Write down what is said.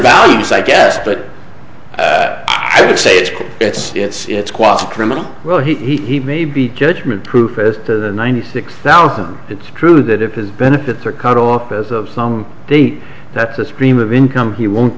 values i guess but i would say it's it's it's it's quasi criminal well he may be judgment proof as to the ninety six thousand it's true that if his benefits are cut off as of some date that's a stream of income he won't